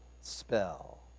spell